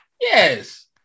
yes